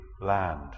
land